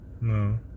No